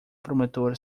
promotor